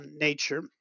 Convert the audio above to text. nature